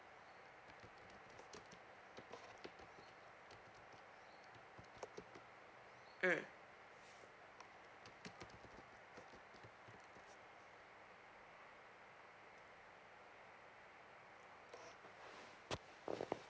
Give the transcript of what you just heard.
mm